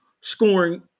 scoring